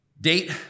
date